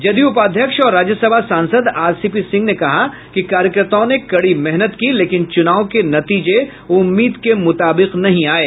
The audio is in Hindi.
जदयू उपाध्यक्ष और राज्य सभा सांसद आरसीपी सिंह ने कहा कि कार्यकर्ताओं ने कड़ी मेहनत की लेकिन चुनाव के नतीजे उम्मीद के मुताबीक नहीं आये